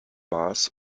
maß